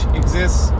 exists